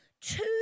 two